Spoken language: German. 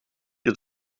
ihr